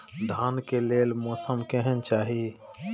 धान के लेल मौसम केहन चाहि?